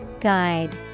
Guide